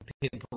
people